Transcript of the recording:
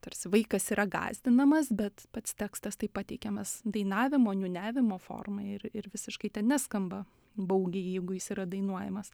tarsi vaikas yra gąsdinamas bet pats tekstas tai pateikiamas dainavimo niūniavimo forma ir ir visiškai ten neskamba baugiai jeigu jis yra dainuojamas